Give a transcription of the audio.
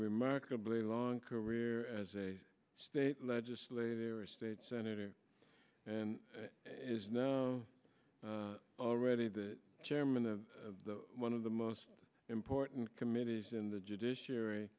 remarkably long career as a state legislator a state senator and is now already the chairman the one of the most important committees in the judicia